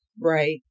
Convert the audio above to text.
Right